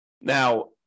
Now